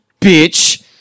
bitch